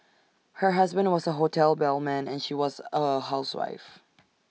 her husband was A hotel bellman and she was A housewife